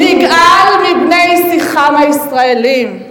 נגעל מבני שיחם הישראלים.